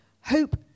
Hope